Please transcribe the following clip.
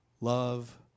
love